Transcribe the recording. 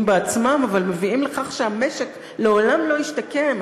בעצמם אבל מביאים לכך שהמשק לעולם לא ישתקם.